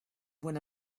when